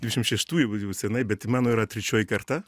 devynšim šeštų jau jau senai bet mano yra trečioji karta